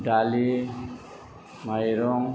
दालि माइरं